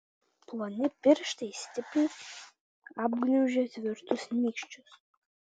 ploni pirštai stipriai apgniaužę tvirtus nykščius